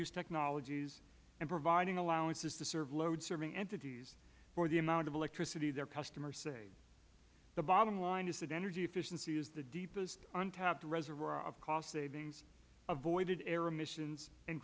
end use technologies and providing allowances to serve load serving entities for the amount of electricity their customers save the bottom line is that energy efficiency is the deepest untapped reservoir of cost savings avoided air emissions and